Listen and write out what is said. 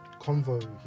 convo